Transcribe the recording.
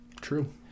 True